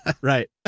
Right